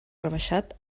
rebaixat